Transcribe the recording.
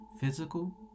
physical